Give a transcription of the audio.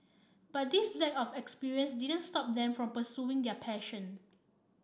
but this lack of experience didn't stop them from pursuing their passion